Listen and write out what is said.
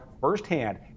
firsthand